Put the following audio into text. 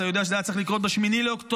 אתה יודע שזה היה צריך לקרות ב-8 באוקטובר.